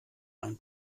ein